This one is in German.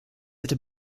hatte